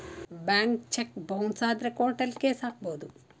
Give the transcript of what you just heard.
bank cheque bounce ಆದ್ರೆ ಕೋರ್ಟಲ್ಲಿ case ಹಾಕಬಹುದು